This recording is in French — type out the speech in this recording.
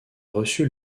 reçu